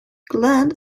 gland